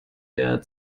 der